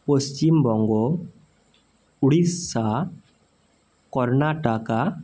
Paschimbanga Odisha Karnataka